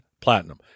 Platinum